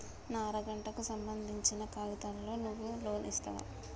నా అర గంటకు సంబందించిన కాగితాలతో నువ్వు లోన్ ఇస్తవా?